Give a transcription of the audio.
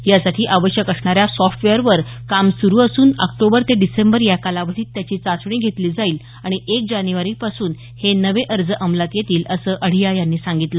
यासाठी आवश्यक असणाऱ्या सॉफ्टवेअरवर काम सुरू असून ऑक्टोबर ते डिसेंबर या कालावधीत त्याची चाचणी घेतली जाईल आणि एक जानेवारीपासून हे नवे अर्ज अंमलात येतील असे अढिया म्हणाले